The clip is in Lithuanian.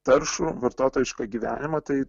taršų vartotojišką gyvenimą tai